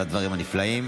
על הדברים הנפלאים.